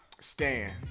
Stan